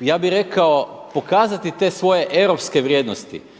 ja bih rekao pokazati te svoje europske vrijednosti.